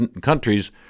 countries